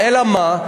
אלה מה?